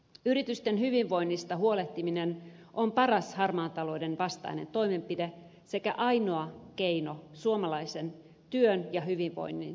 yritysten hyvinvoinnista huolehtiminen on paras harmaan talouden vastainen toimenpide sekä ainoa keino suomalaisen työn ja hyvinvoinnin säilyttämiseksi